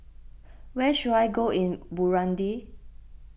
where should I go in Burundi